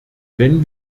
wenn